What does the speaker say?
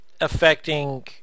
affecting